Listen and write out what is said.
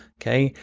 okay,